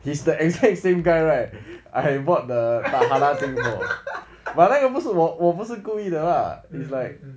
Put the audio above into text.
it's the exact same guy right I bought the safara same call but then 不是我我不是故意的 lah is like